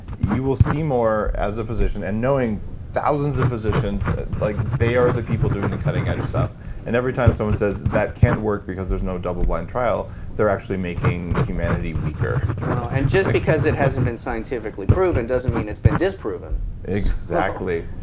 you will see more as a physician and knowing thousands of physicians like they are the people doing the cutting edge stuff and every time someone says that can't work because there's no double blind trial, they're actually making humanity weaker and just because it hasn't been scientifically proven doesn't mean it's been disproven exactly,